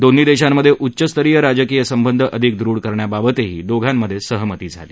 दोन्ही देशांमध्ये उच्चस्तरीय राजकीय संबंध अधिक दृढ करण्याबाबतही दोघांमध्ये सहमती झाली